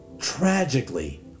tragically